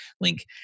link